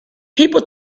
people